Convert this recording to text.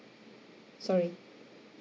sorry